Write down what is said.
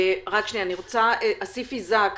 אסיף איזק,